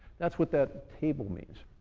that's what that table means.